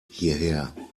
hierher